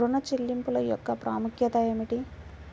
ఋణ చెల్లింపుల యొక్క ప్రాముఖ్యత ఏమిటీ?